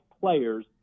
players